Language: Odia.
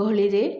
ଗହଳିରେ